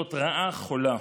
זאת רעה חולה.